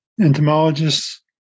entomologists